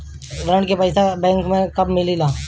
ऋण के पइसा बैंक मे कब मिले ला?